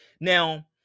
Now